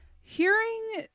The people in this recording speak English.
hearing